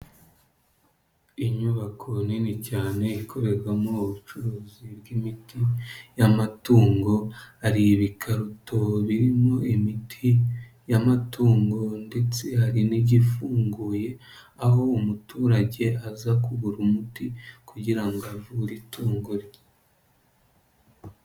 Inyubako nini cyane ikorerwamo ubucuruzi bw'imiti y'amatungo hari ibikarito birimo imiti y'amatungo ndetse hari n'igifunguye aho umuturage aza kugura umuti kugira ngo avure itungo rye.